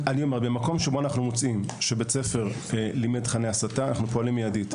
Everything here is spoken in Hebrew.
במקום בו אנו מוצאים שבית ספר לימד תכנים של הסתה אנחנו פועלים במיידי.